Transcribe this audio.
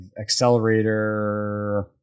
Accelerator